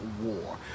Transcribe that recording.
war